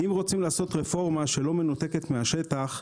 אם רוצים לעשות רפורמה שלא מנותקת מהשטח,